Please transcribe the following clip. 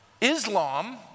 Islam